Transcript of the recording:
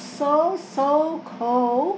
so so cold